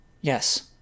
Yes